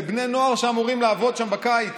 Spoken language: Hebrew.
ובני נוער שאמורים לעבוד שם בקיץ,